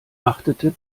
achtete